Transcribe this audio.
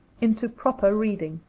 into proper reading.